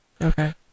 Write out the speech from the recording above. Okay